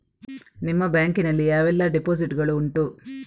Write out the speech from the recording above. ನಿಮ್ಮ ಬ್ಯಾಂಕ್ ನಲ್ಲಿ ಯಾವೆಲ್ಲ ಡೆಪೋಸಿಟ್ ಗಳು ಉಂಟು?